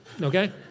okay